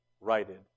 righted